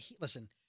listen